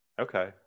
Okay